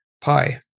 pi